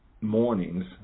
mornings